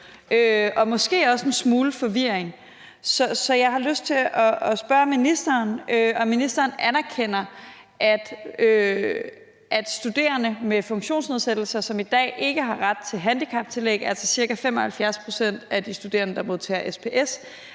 og måske også en smule forvirring. Så jeg har lyst til at spørge ministeren, om ministeren anerkender, at studerende med funktionsnedsættelse, som i dag ikke har ret til handicaptillæg – altså ca. 75 pct. af de studerende, der modtager SPS